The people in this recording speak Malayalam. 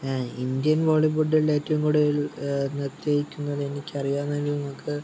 ഇന്ത്യൻ ബോളിവുഡിൽ ഏറ്റവും കൂടുതൽ നൃത്തം വയ്ക്കുന്നത് എനിക്കറിയാവുന്നത് നമുക്ക്